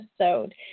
episode